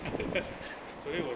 昨天我